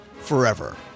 forever